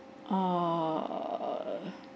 err